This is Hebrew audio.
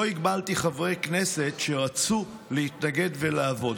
לא הגבלתי חברי כנסת שרצו להתנגד ולעבוד.